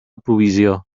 provisió